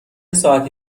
ساعتی